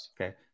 Okay